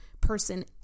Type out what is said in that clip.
person